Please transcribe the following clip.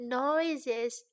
noises